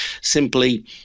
simply